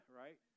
right